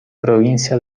provincia